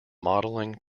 modeling